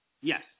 Yes